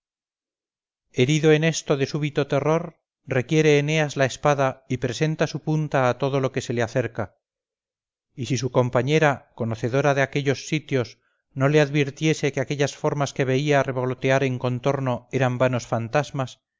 herido en esto de súbito terror requiere eneas la espada y presenta su punta a todo lo que se le acerca y si su compañera conocedora de aquellos sitios no le advirtiese que aquellas formas que veía revolotear en contorno eran vanos fantasmas